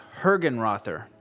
Hergenrother